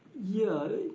yeah,